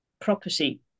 property